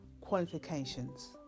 qualifications